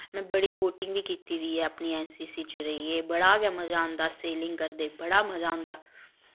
मैं बड़ी बोटिंग बी कीती दी ऐ अपनी ऐन्न सी सी च रेहियै बड़ा गै मजा आंदा सेलिंग करदे बड़ा मजा आंदा